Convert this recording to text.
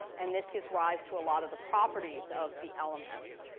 and this gives rise to a lot of the properties of the elements.